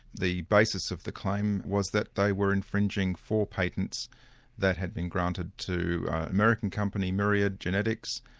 the basis of the claim was that they were infringing four patents that had been granted to american company myriad genetics,